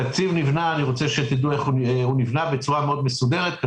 התקציב נבנה בצורה מסודרת מאוד,